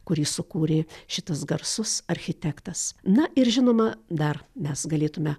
kurį sukūrė šitas garsus architektas na ir žinoma dar mes galėtume